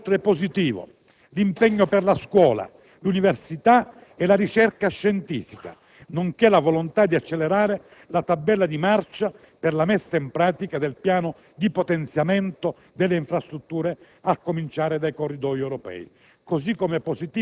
Giudichiamo, inoltre, positivo l'impegno per la scuola, l'università e la ricerca scientifica, nonché la volontà di accelerare la tabella di marcia per la messa in pratica del piano di potenziamento delle infrastrutture, a cominciare dai Corridoi europei.